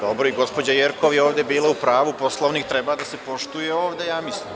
Gospođa Jerkov je ovde bila u pravu, Poslovnik treba da se poštuje ovde, ja mislim.